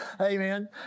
Amen